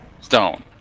stone